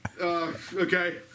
Okay